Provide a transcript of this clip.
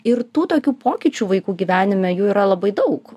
ir tų tokių pokyčių vaikų gyvenime jų yra labai daug